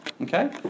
Okay